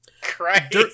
Christ